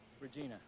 Regina